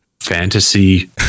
fantasy